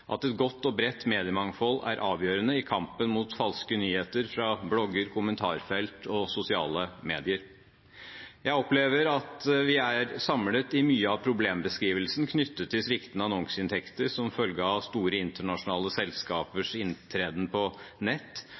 at et godt og bredt mediemangfold er avgjørende i kampen mot falske nyheter fra blogger, kommentarfelt og sosiale medier. Jeg opplever at vi er samlet i mye av problembeskrivelsen knyttet til sviktende annonseinntekter som følge av store internasjonale selskaps inntreden på nett.